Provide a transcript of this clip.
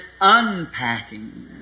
unpacking